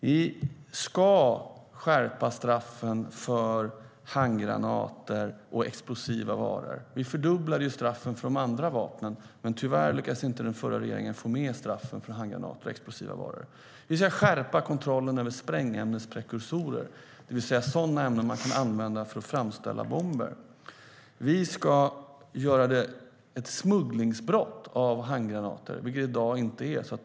Vi ska skärpa straffen för handgranater och explosiva varor. Vi fördubblade ju straffen för de andra vapnen, men tyvärr lyckades inte den förra regeringen få med straffen för handgranater och explosiva varor. Vi ska skärpa kontrollen över sprängämnesprekursorer, det vill säga sådana ämnen man kan använda för att framställa bomber. Vi ska göra ett smugglingsbrott av att ta in handgranater, vilket det i dag inte är.